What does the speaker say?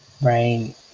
Right